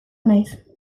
naiz